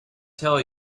tell